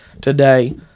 today